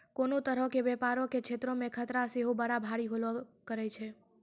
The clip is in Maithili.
कोनो तरहो के व्यपारो के क्षेत्रो मे खतरा सेहो बड़ा भारी होलो करै छै